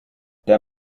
der